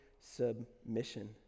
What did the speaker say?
submission